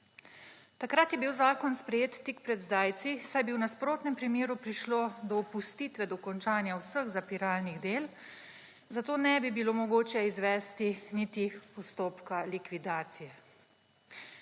Takrat je bil zakon sprejet tik pred zdajci, saj bi v nasprotnem primeru prišlo do opustitve dokončanja vseh zapiralnih del, zato ne bi bilo mogoče izvesti niti postopka likvidacije.